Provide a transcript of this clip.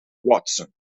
watson